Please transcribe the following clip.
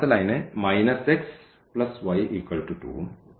രണ്ടാമത്തെ line x y 2 ഉം